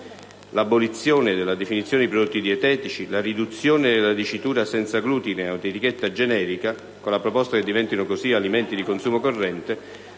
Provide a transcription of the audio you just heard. L'abolizione della definizione di prodotti dietetici e la riduzione della dicitura senza glutine ad un'etichetta generica, con la proposta che diventino alimenti di consumo corrente,